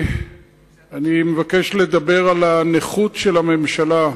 אני מבקש לדבר על הנכות של הממשלה,